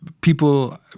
people